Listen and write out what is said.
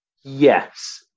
Yes